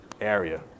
area